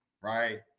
right